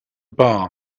bar